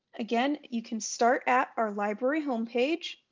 again you can start at our library homepage.